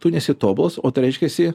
tu nesi tobulas o tai reiškiasi